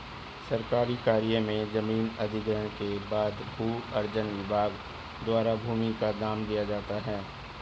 सरकारी कार्य में जमीन अधिग्रहण के बाद भू अर्जन विभाग द्वारा भूमि का दाम दिया जाता है